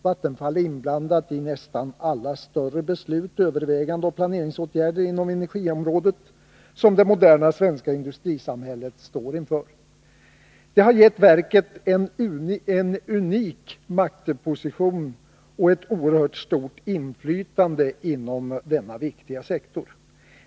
Vattenfall är inblandat i nästan alla större beslut, överväganden och planeringsåtgärder inom energiområdet som det moderna svenska industrisamhället står inför. Det har gett verket en unik maktposition och ett oerhört stort inflytande inom denna viktiga sektor.